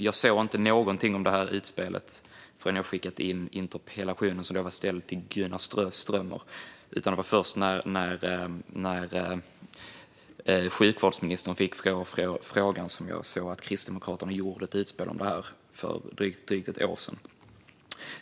Jag såg inte någonting om det här utspelet förrän jag skickade in interpellationen, som var ställd till Gunnar Strömmer. Det var först när sjukvårdsministern fick frågan som jag såg att Kristdemokraterna gjort ett utspel i frågan för drygt ett år sedan.